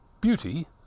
Beauty